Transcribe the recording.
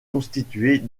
constituée